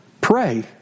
Pray